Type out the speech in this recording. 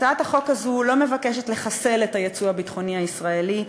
הצעת החוק הזו לא מבקשת לחסל את היצוא הביטחוני הישראלי,